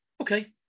okay